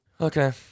Okay